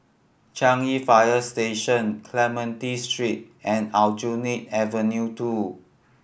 Changi Fire Station Clementi Street and Aljunied Avenue Two